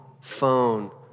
phone